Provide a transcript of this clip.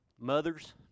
mothers